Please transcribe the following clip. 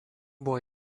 buvo